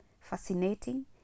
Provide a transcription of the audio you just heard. fascinating